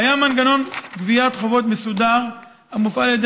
קיים מנגנון גביית חובות מסודר המופעל על ידי